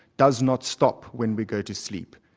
does not stop when we go to sleep.